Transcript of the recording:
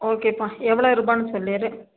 ஓகேப்பா எவ்வளோ ரூபாய்ன்னு சொல்லிடு